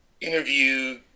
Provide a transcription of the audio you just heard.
interview